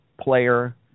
player